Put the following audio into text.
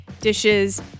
dishes